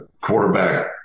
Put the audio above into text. quarterback